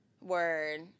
Word